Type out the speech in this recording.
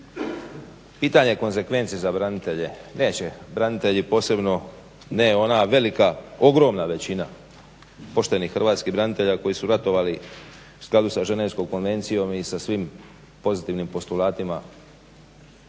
Pitanje konzekvenci za branitelje, neće branitelji posebno, ne ona velika ogromna većina poštenih hrvatskih branitelja koji su ratovali u skladu sa Ženevskom konvencijom i sa svim pozitivnim postulatima